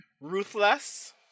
Ruthless